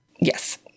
Yes